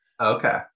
Okay